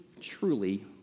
truly